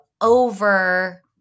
over